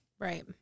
right